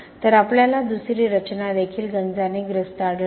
तर आपल्याला दुसरी रचना देखील गंजाने ग्रस्त आढळली